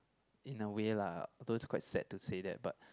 in a way lah although it's quite sad to say that but